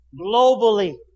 globally